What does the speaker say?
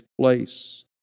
place